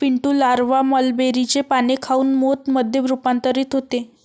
Pintu larva मलबेरीचे पाने खाऊन मोथ मध्ये रूपांतरित होते